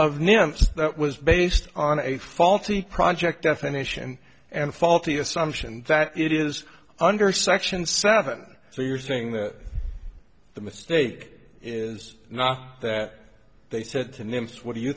nymphs that was based on a faulty project definition and faulty assumption that it is under section seven so you're saying that the mistake is not that they said to nymphs what do you